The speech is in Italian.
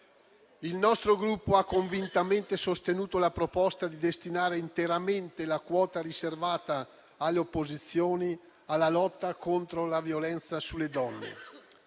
Il nostro Gruppo ha convintamente sostenuto la proposta di destinare interamente la quota riservata alle opposizioni alla lotta contro la violenza sulle donne.